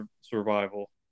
survival